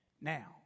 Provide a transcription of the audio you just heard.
Now